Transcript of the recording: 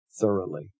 thoroughly